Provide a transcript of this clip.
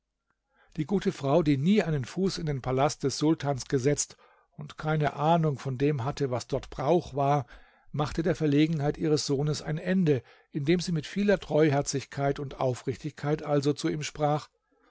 die gute frau die nie einen fuß in den palast des sultans gesetzt und keine ahnung von dem hatte was dort brauch war machte der verlegenheit ihres sohnes ein ende indem sie mit vieler treuherzigkeit und aufrichtigkeit also zu ihm sprach